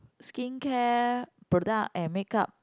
skincare product and make up